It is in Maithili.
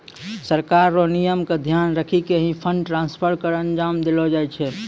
सरकार र नियम क ध्यान रखी क ही फंड ट्रांसफर क अंजाम देलो जाय छै